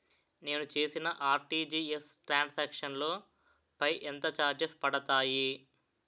నేను చేసిన RTGS transaction లో పై ఎంత చార్జెస్ పడతాయి?